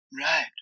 Right